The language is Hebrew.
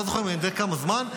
אני לא זוכר מזה כמה זמן,